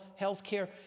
healthcare